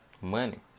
Money